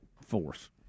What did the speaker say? force